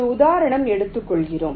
ஒரு உதாரணம் எடுத்துக்கொள்கிறேன்